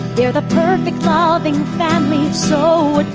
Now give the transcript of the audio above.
they're the perfect ah loving family, so and